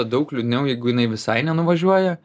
daug liūdniau jeigu jinai visai ne nuvažiuoja